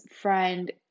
friend